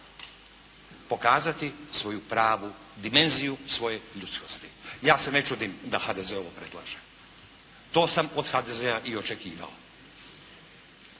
pokazati svoju pravu dimenziju svoje ljudskosti. Ja se ne čudim da HDZ ovo predlaže. To sam od HDZ-a i očekivao.